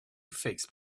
fixed